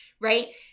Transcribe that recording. right